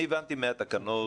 גברתי, אני הבנתי מהתקנות